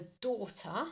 daughter